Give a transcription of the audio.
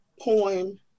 poem